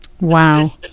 Wow